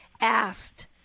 asked